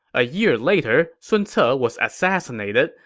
a year later, sun ce ah was assassinated,